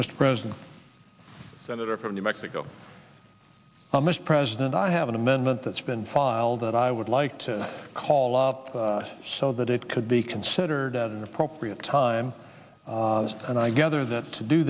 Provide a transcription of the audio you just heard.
mr president senator from new mexico mr president i have an amendment that's been filed that i would like to call up so that it could be considered at an appropriate time and i gather that to do